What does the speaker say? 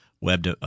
web